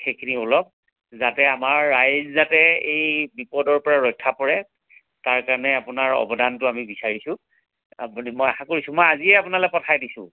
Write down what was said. সেইখিনি অলপ যাতে আমাৰ ৰাইজ যাতে এই বিপদৰপৰা ৰক্ষা পৰে তাৰকাৰণে আপোনাৰ অৱদানটো আমি বিচাৰিছোঁ আপুনি মই আশা কৰিছোঁ মই আজিয়ে আপোনালৈ পঠাই দিছোঁ